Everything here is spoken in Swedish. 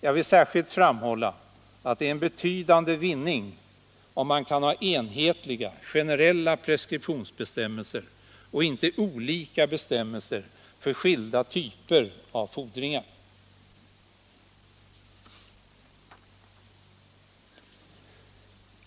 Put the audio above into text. Jag vill särskilt framhålla att det är en betydande vinning om man kan ha enhetliga, generella preskriptionsbestämmelser, inte olika bestämmelser för skilda typer av fordringar.